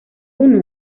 uno